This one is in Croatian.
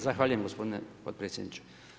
Zahvaljujem gospodine potpredsjedniče.